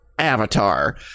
Avatar